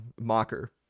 mocker